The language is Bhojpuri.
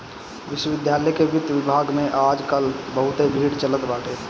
विश्वविद्यालय के वित्त विभाग में आज काल बहुते भीड़ चलत बाटे